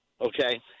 okay